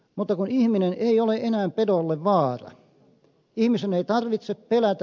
mutta ihminen ei ole enää pedolle vaara